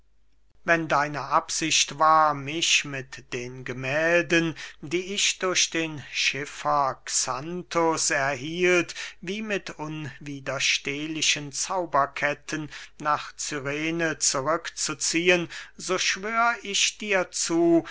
wenn deine absicht war mich mit den gemählden die ich durch den schiffer xanthus erhielt wie mit unwiderstehlichen zauberketten nach cyrene zurück zu ziehen so schwör ich dir zu